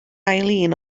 eileen